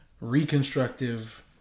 reconstructive